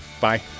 Bye